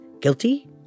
guilty